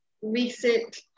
recent